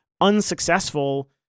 unsuccessful